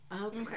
okay